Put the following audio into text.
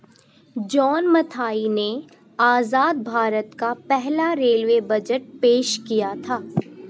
John Mathai ने आजाद भारत का पहला रेलवे बजट पेश किया था